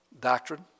doctrine